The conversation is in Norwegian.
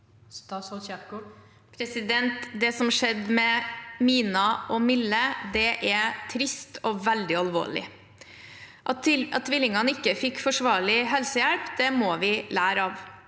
Det som skjed- de med Mina og Mille, er trist og veldig alvorlig. At tvillingene ikke fikk forsvarlig helsehjelp, må vi lære av.